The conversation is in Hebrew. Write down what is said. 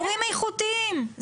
מורים איכותיים.